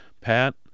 Pat